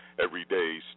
everyday